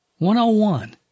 101